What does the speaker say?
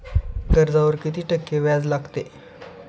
कर्जावर किती टक्के व्याज लागते?